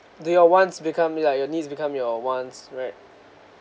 they are wants become like your needs become your wants right